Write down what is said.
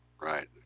Right